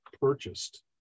purchased